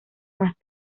más